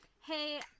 hey